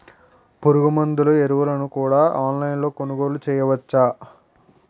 పురుగుమందులు ఎరువులను కూడా ఆన్లైన్ లొ కొనుగోలు చేయవచ్చా?